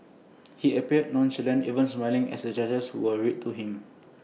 he appeared nonchalant even smiling as the charges were read to him